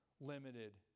limited